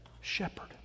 Shepherd